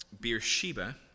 Beersheba